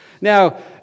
Now